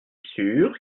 sûr